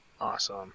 Awesome